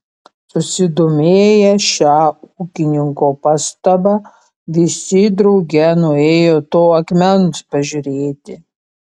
susidomėję šia ūkininko pastaba visi drauge nuėjo to akmens pažiūrėti